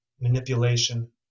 manipulation